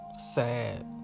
sad